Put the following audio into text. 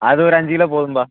அது ஒரு அஞ்சு கிலோ போதும்ப்பா